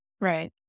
Right